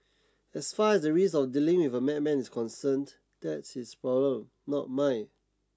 as far as the risk of dealing with a madman is concerned that's his problem not mine